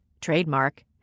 trademark